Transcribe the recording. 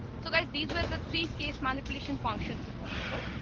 so guys, these were the three case manipulation functions in sql.